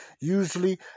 usually